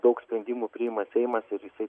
daug sprendimų priima seimas ir jisai